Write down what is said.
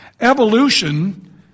Evolution